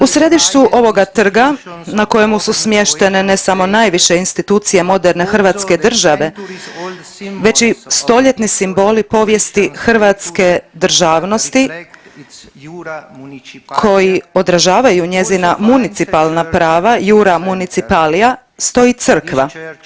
U središtu ovoga trga na kojemu su smještene ne samo najviše institucije moderne Hrvatske države već i stoljetni simboli hrvatske državnosti koji odražavaju njezina municipalna prava iura municipalia stoji crkva.